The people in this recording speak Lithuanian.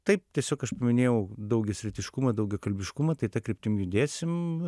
taip tiesiog aš paminėjau daugiasritiškumą daugiakalbiškumą tai ta kryptim judėsim